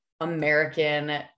american